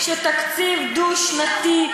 אומר חד-משמעית שתקציב דו-שנתי,